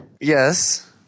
Yes